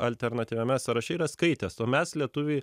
alternatyviame sąraše yra skaitęs o mes lietuviai